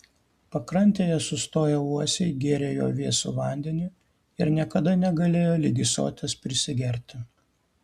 pakrantėje sustoję uosiai gėrė jo vėsų vandenį ir niekada negalėjo ligi soties prisigerti